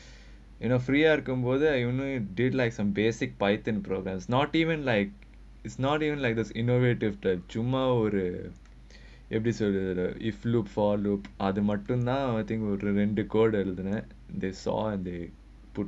in a free ya இருக்கும் மோதே:irukkum modhae like some basic python products not even like it's not even like the innovative the சும்மா ஒரு:summa oru they saw and they put